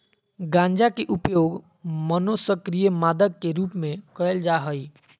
गंजा के उपयोग मनोसक्रिय मादक के रूप में कयल जा हइ